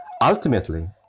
Ultimately